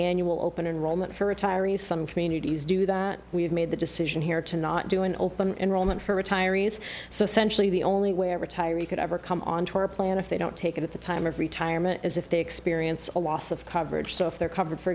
annual open enrollment for retirees some communities do that we have made the decision here to not do an open enrollment for retirees so essentially the only way a retiree could ever come onto our plan if they don't take it at the time of retirement is if they experience a loss of coverage so if they're covered for